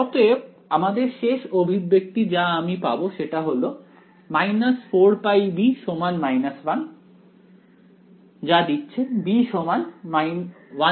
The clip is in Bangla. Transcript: অতএব আমাদের শেষ অভিব্যক্তি যা আমি পাব সেটা হল 4πb 1 ⇒ b 14π